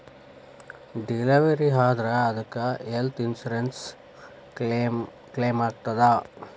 Delivery ಆದ್ರ ಅದಕ್ಕ health insurance ಕ್ಲೇಮಾಗ್ತದ?